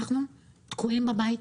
אנחנו תקועים בבית.